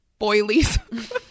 boilies